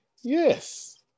Yes